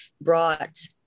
brought